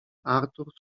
artur